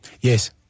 Yes